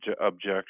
objection